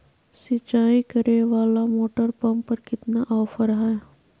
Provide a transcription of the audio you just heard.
सिंचाई करे वाला मोटर पंप पर कितना ऑफर हाय?